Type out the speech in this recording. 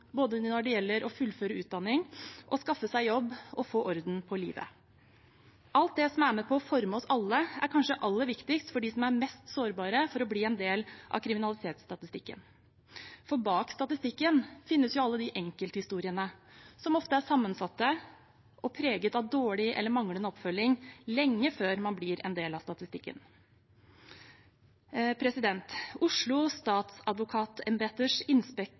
både når det gjelder å fullføre utdanning og når det gjelder å skaffe seg jobb og få orden på livet. Alt det som er med på å forme oss alle, er kanskje aller viktigst for dem som er mest sårbare for å bli en del av kriminalitetsstatistikken. For bak statistikken finnes alle enkelthistoriene som ofte er sammensatte og preget av dårlig eller manglende oppfølging lenge før man blir en del av statistikken. Oslo statsadvokatembeters